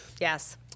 Yes